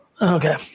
Okay